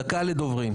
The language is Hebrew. דקה לדובר.